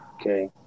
Okay